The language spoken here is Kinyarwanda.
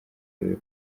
ariwe